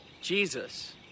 Jesus